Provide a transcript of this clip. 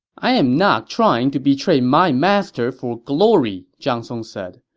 i am not trying to betray my master for glory zhang song said.